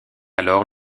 alors